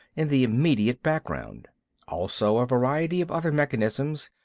in the immediate background also a variety of other mechanisms,